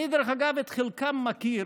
אני, דרך אגב, את חלקם מכיר